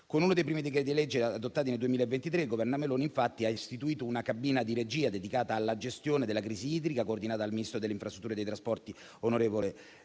Con uno dei primi decreti-legge adottati nel 2023, il Governo Meloni ha infatti istituito una cabina di regia dedicata alla gestione della crisi idrica, coordinata dal ministro delle infrastrutture e dei trasporti, onorevole